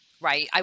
right